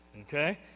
Okay